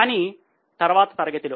కానీ తర్వాత తరగతిలో